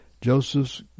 Joseph